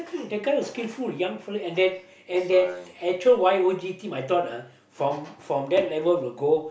that guy was skilful young fellow and that and that actual Y_O_G team I thought ah from from that level will go